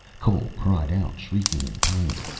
cole cried out, shrieking in pain.